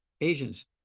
Asians